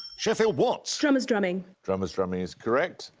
sheffield, watts. drummers drumming. drummers drumming is correct.